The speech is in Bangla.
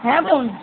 হ্যাঁ বোন